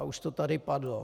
Už to tady padlo.